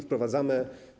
Wprowadzamy.